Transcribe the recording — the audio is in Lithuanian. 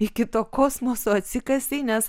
iki to kosmoso atsikasei nes